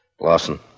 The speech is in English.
Lawson